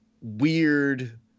weird